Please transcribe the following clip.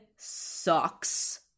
Sucks